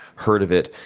heard of it,